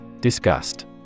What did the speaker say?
Disgust